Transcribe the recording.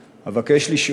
אבקש לשאול: